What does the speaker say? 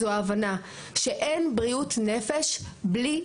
זו ההבנה שאין בריאות נפש בלי דמוקרטיה.